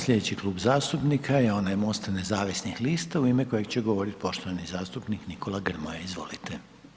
Sljedeći Klub zastupnika je onaj MOST-a nezavisnih lista, u ime kojeg će govoriti poštovani zastupnik Nikola Grmoja, izvolite.